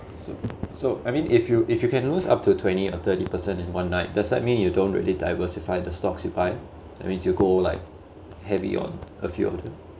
so so I mean if you if you can lose up to twenty or thirty percent in one night does that mean you don't really diversify the stocks you buy that means you go like heavy on a few of them